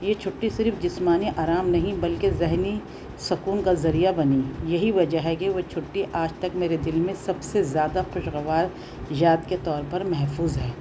یہ چھٹی صرف جسمانی آرام نہیں بلکہ ذہنی سکون کا ذریعہ بنی یہی وجہ ہے کہ وہ چھٹی آج تک میرے دل میں سب سے زیادہ خوشگوار یاد کے طور پر محفوظ ہے